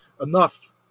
enough